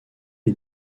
est